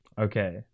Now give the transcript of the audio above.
okay